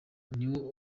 niwo